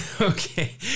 Okay